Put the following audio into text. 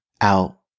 out